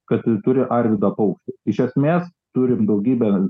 kad turi arvydą paukštį iš esmės turim daugybę